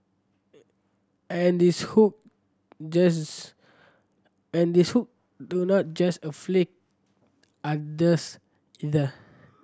and these hook just and these hook do not just afflict others either